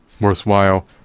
worthwhile